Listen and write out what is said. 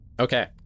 Okay